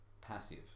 passive